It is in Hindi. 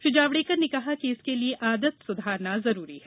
श्री जावड़ेकर ने कहा कि इसके लिए आदत सुधारना जरूरी है